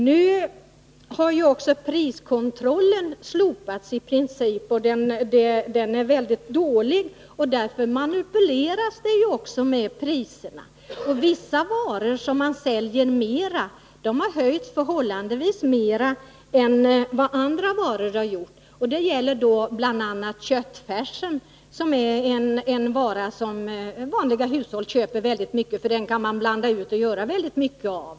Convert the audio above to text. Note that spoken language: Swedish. Nu har ju också priskontrollen i princip slopats, och kontrollen av priserna är väldigt dålig. Därför manipuleras det också med priserna. Vissa varor som man säljer mera av har höjts förhållandevis mer än andra varor. Det gäller då bl.a. köttfärsen, som är en vara som vanliga hushåll köper i stor utsträckning, för den kan man blanda ut och göra väldigt mycket av.